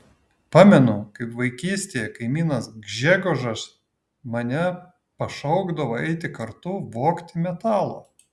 pamenu kaip vaikystėje kaimynas gžegožas mane pašaukdavo eiti kartu vogti metalo